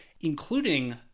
including